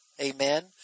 Amen